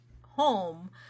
home